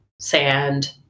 sand